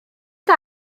dda